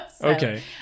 okay